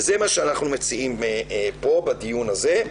וזה מה שאנחנו מציעים בדיון הזה.